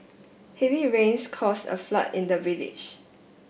heavy rains caused a flood in the village